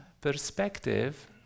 perspective